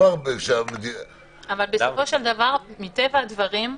אבל בסופו של דבר מטבע הדברים,